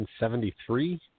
1973